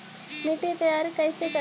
मिट्टी तैयारी कैसे करें?